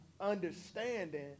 understanding